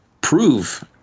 prove